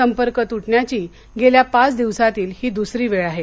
संपर्क तुटण्याची गेल्या पाच दिवसांतील ही दुसरी वेळ आहे